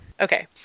Okay